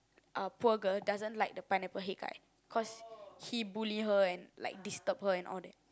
uh poor girl doesn't like the Pineapple Head guy cause he bully her and like disturb her and all that